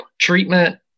treatment